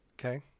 Okay